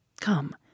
Come